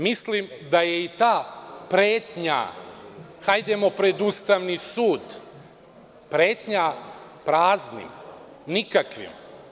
Mislim da je i ta pretnja – hajdemo pred Ustavni sud pretnja praznim, nikakvim.